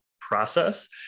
process